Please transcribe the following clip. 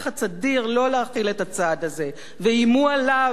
הצעד הזה ואיימו עליו ועל שר האוצר שלו,